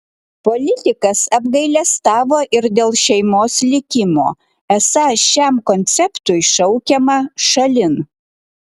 politikas apgailestavo ir dėl šeimos likimo esą šiam konceptui šaukiama šalin